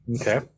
Okay